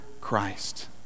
Christ